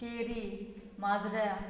केरी माजऱ्या